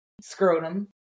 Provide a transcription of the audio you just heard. Scrotum